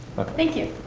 thank you.